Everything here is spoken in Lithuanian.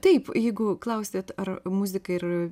taip jeigu klausiat ar muzika ir